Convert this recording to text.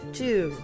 two